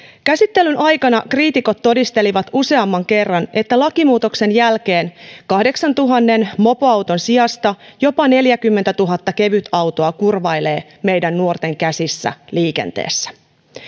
käsittelyn aikana kriitikot todistelivat useamman kerran että lakimuutoksen jälkeen kahdeksantuhannen mopoauton sijasta jopa neljäkymmentätuhatta kevytautoa kurvailee meidän nuorten käsissä liikenteessä